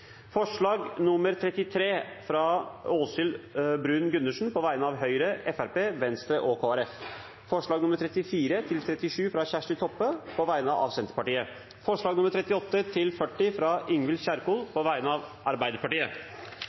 forslag nr. 33, fra Åshild Bruun-Gundersen på vegne av Høyre, Fremskrittspartiet, Venstre og Kristelig Folkeparti forslagene nr. 34–37, fra Kjersti Toppe på vegne av Senterpartiet forslagene nr. 38–40 fra Ingvild Kjerkol på vegne av Arbeiderpartiet